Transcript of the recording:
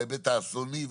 בהיבט האסוני,